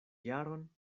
jaron